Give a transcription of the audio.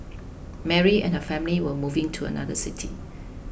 Mary and her family were moving to another city